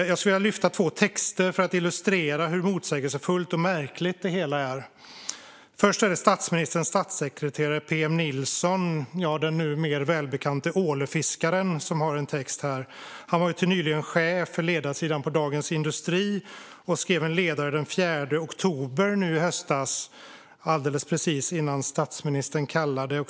Jag skulle vilja lyfta två texter för att illustrera hur motsägelsefullt och märkligt det hela är. Först är det statsministerns statssekreterare PM Nilsson, den numera välbekante ålfiskaren, som har skrivit en text. Han var fram till nyligen chef för ledarsidan på Dagens Industri och skrev en ledare den 4 oktober i höstas, alldeles precis innan statsministern kallade.